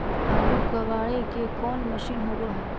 आलू कबाड़े के कोन मशिन होब है?